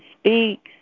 speaks